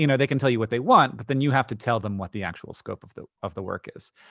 you know they can tell you what they want, but you have to tell them what the actual scope of the of the work is.